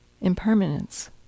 impermanence